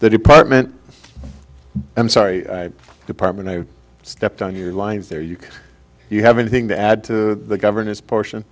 the department i'm sorry i department i stepped on your lines there you can you have anything to add to the governor's portion